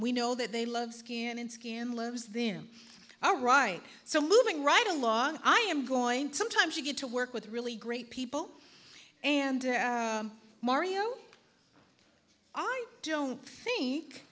we know that they love skiing and skin loves them all right so moving right along i am going to sometimes you get to work with really great people and mario i don't think